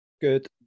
Good